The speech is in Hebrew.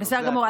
זה הכול.